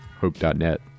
hope.net